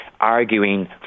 arguing